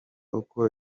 uko